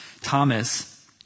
Thomas